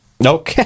Nope